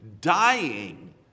dying